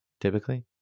Typically